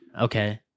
okay